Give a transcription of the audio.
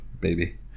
baby